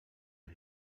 les